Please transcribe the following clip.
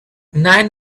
nine